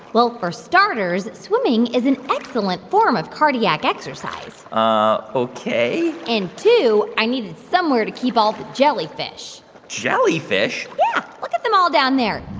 well, for starters, swimming is an excellent form of cardiac exercise ah, ok and two, i need somewhere to keep all the jellyfish jellyfish? yeah, look at them all down there.